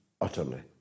utterly